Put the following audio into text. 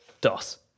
Dos